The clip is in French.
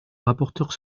rapporteur